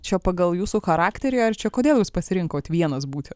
čia pagal jūsų charakterį ar čia kodėl jūs pasirinkot vienas būti